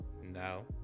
No